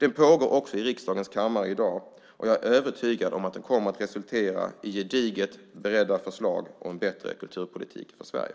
Den pågår också i riksdagens kammare i dag, och jag är övertygad om att den kommer att resultera i gediget beredda förslag och en bättre kulturpolitik för Sverige.